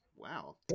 Wow